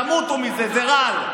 תמותו מזה, זה רעל.